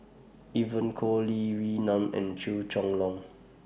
Evon Kow Lee Wee Nam and Chua Chong Long